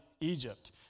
Egypt